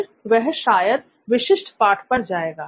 फिर वह शायद विशिष्ट पाठ पर जाएगा